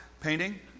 painting